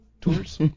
tours